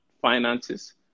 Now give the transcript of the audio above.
finances